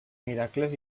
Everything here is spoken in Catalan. miracles